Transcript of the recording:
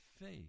faith